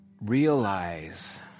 realize